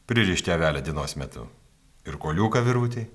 pririšti avelę dienos metu ir kuoliuką virvutei